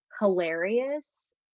hilarious